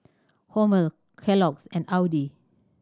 Hormel Kellogg's and Audi